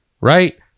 Right